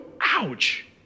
ouch